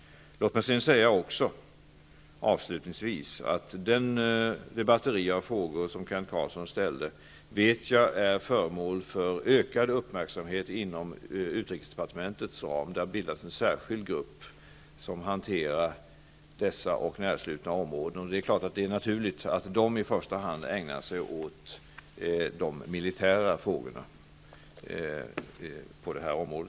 Låt mig sedan avslutningsvis också säga att jag vet att det batteri av frågor som Kent Carlsson ställde är föremål för ökad uppmärksamhet inom utrikesdepartementets ram. Det har bildats en särskild grupp som hanterar dessa och liknande områden. Det är naturligt att i första hand denna grupp ägnar sig åt de militära frågorna på detta område.